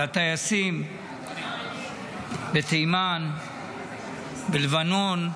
לטייסים בתימן, בלבנון.